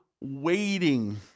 waiting